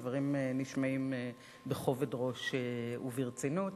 הדברים נשמעים בכובד ראש וברצינות,